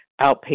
outpatient